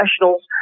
professionals